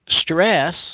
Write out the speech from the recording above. Stress